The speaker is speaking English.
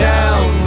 Down